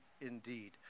indeed